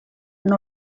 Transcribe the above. nola